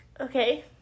okay